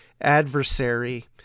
adversary